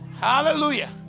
Hallelujah